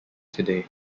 today